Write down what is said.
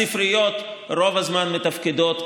הספריות רוב הזמן מתפקדות,